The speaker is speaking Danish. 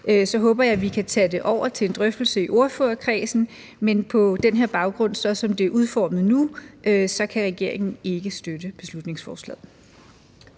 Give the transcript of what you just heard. håber jeg, at vi kan tage det over til en drøftelse i ordførerkredsen, men på den her baggrund, sådan som det er udformet nu, kan regeringen ikke støtte beslutningsforslaget.